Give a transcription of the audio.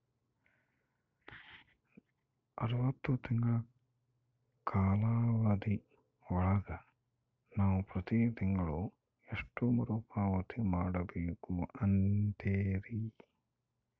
ಅರವತ್ತು ತಿಂಗಳ ಕಾಲಾವಧಿ ಒಳಗ ನಾವು ಪ್ರತಿ ತಿಂಗಳು ಎಷ್ಟು ಮರುಪಾವತಿ ಮಾಡಬೇಕು ಅಂತೇರಿ?